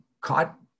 caught